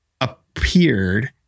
appeared